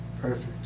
perfect